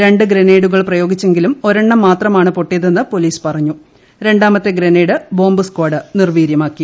രണ്ടു ഗ്രനേഡുകൾ പ്രയോഗിച്ചതെങ്കിലും ഒരെണ്ണം മാത്രമാണ് പൊട്ടിയതെന്ന് പോലീസ് പറഞ്ഞും രണ്ടാമത്തെ ഗ്രനേഡ് ബോംബ് സ്കാഡ് നിർവീര്യമാക്കി